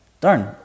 Darn